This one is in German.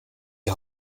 die